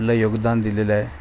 योगदान दिलेलं आहे